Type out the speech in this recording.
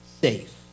safe